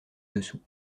dessous